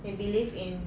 they believe in